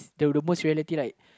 the the most reality like